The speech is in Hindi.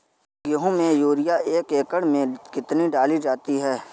गेहूँ में यूरिया एक एकड़ में कितनी डाली जाती है?